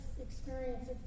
experience